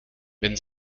wenn